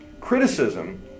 Criticism